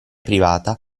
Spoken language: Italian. privata